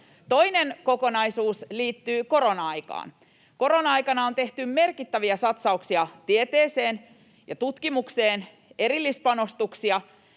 Toinen kokonaisuus liittyy korona-aikaan. Korona-aikana on tehty merkittäviä satsauksia tieteeseen ja tutkimukseen, ja näitä erillispanostuksia